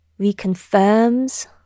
reconfirms